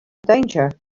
danger